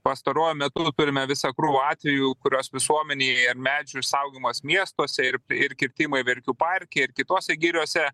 pastaruoju metu turime visą krūvą atvejų kuriuos visuomenėj ir medžių išsaugojimas miestuose ir ir kirtimai verkių parke ir kitose giriose